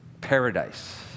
paradise